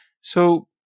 So-